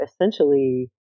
essentially